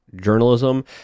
journalism